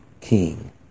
king